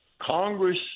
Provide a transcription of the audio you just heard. Congress